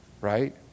right